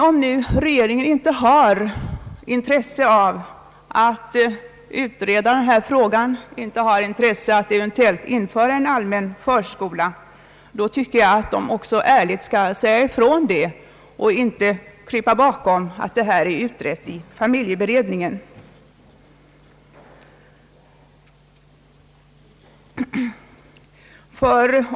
Om nu regeringen inte har intresse av att utreda denna fråga och inte har intresse av att eventuellt införa en allmän förskola, tycker jag att man ärligt skall säga ifrån om detta och inte krypa bakom påståendet att frågan är utredd av familjeberedningen.